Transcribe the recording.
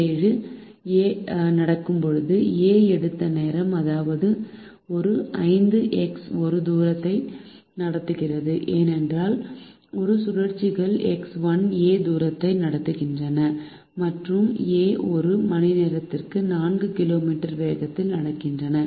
A நடக்கும்போது A எடுத்த நேரம் அதாவது ஒரு 5 எக்ஸ் 1 தூரத்தை நடத்துகிறது ஏனெனில் ஒரு சுழற்சிகள் எக்ஸ் 1 ஏ தூரத்தை நடத்துகின்றன மற்றும் A ஒரு மணி நேரத்திற்கு 4 கிலோமீட்டர் வேகத்தில் நடக்கிறது